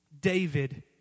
David